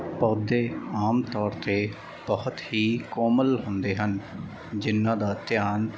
ਪੌਦੇ ਆਮ ਤੌਰ 'ਤੇ ਬਹੁਤ ਹੀ ਕੋਮਲ ਹੁੰਦੇ ਹਨ ਜਿਹਨਾਂ ਦਾ ਧਿਆਨ